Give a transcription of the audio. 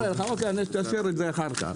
אני לא אראה לך, אני אשאיר את זה אחר כך.